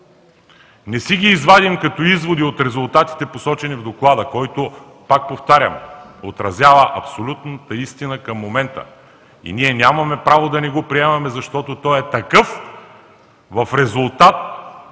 не си ги извадим като изводи от резултатите, посочени в Доклада, който, пак повтарям, отразява абсолютната истина към момента и ние нямаме право да не го приемаме, защото той е такъв в резултат